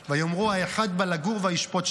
ויאמרו: "האחד בא לגור וישפט שפוט".